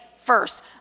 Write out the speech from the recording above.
first